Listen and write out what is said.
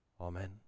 Amen